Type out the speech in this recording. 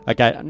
Okay